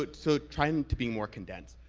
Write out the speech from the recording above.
but so trying to be more condensed,